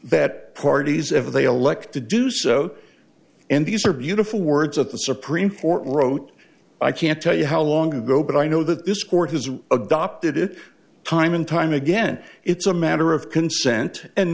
that parties if they elect to do so and these are beautiful words of the supreme court wrote i can't tell you how long ago but i know that this court has adopted it time and time again it's a matter of consent and